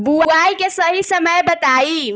बुआई के सही समय बताई?